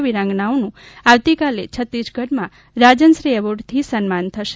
વિરાંગનાઓનું આવતીકાલે છત્તીસગઢમાં રાજનશ્રી એવોર્ડથી સન્માના થશે